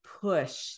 push